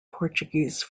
portuguese